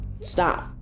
Stop